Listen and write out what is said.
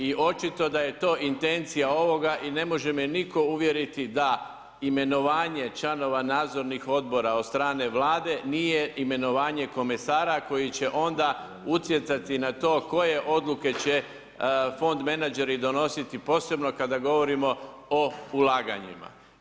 I očito da je to intencija ovoga i ne može me nitko uvjeriti da imenovanje članova nadzornih odbora od strane Vlade nije imenovanje komesara koji će onda utjecati na to koje odluke će fondmenadžeri donositi posebno kada govorimo o ulaganjima.